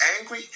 angry